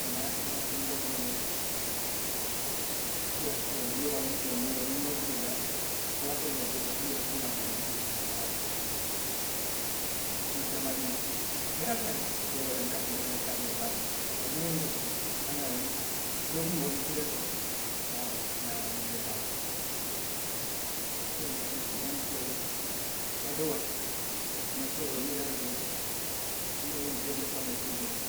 Naa. naa duuraŋo duŋ. tiya, tiya duuraŋo, tiya duuraŋo niŋ nŋa wo soto daali waatoo doo deefuwaa siiňaa fula nka funti ka taa soo., nka soo le. wo jamaa jamaa. Tooňaa tooňaa ceeboo, nlafita a la le baake. Bari niŋ nŋa ňiŋ ne soto, hani lookuŋ, nŋa kiliŋ soto. aa, a ka n aransee baake le. Wolaŋ na nna musoo. waatoo waati. nna suo kono, niŋ i. Taata jee to. nŋa yiri meseŋolu le fii jee to